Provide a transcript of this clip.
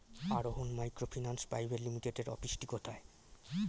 আরোহন microfinance private লিমিটেডের অফিসটি কোথায়?